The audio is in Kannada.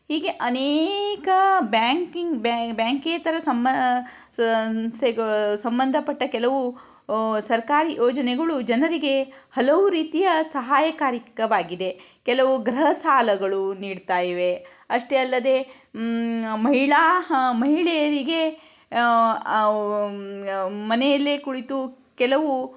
ಹೀಗೆ ಅನೇಕ ಬ್ಯಾಂಕಿಂಗ್ ಬ್ಯಾಂಕೇತರ ಸಂಬಾ ಸಂಬಂಧಪಟ್ಟ ಕೆಲವು ಸರ್ಕಾರಿ ಯೋಜನೆಗಳು ಜನರಿಗೆ ಹಲವು ರೀತಿಯ ಸಹಾಯಕಾರಿಕವಾಗಿದೆ ಕೆಲವು ಗೃಹ ಸಾಲಗಳು ನೀಡ್ತಾಯಿವೆ ಅಷ್ಟೇ ಅಲ್ಲದೆ ಮಹಿಳಾ ಮಹಿಳೆಯರಿಗೆ ಮನೆಯಲ್ಲಿಯೇ ಕುಳಿತು ಕೆಲವು